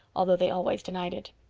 although they always denied it.